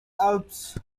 alps